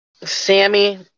Sammy